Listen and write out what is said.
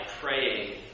praying